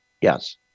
Yes